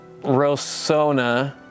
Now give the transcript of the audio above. Rosona